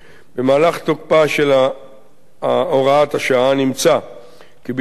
במהלך תוקפה של הוראת השעה נמצא כי בהתחשב